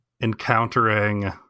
encountering